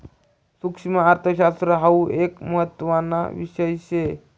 सुक्ष्मअर्थशास्त्र हाउ एक महत्त्वाना विषय शे